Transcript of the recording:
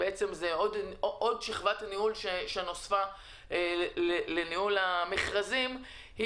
שהיא עוד שכבה שנוספה לניהול המכרזים,